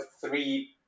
three